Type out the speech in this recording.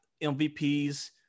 MVPs